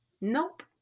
Nope